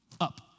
up